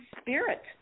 spirit